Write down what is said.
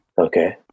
Okay